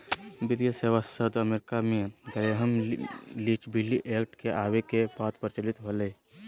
वित्तीय सेवा शब्द अमेरिका मे ग्रैहम लीच बिली एक्ट के आवे के बाद प्रचलित होलय